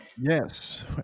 Yes